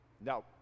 Now